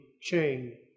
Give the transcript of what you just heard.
chain